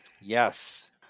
Yes